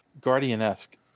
Guardian-esque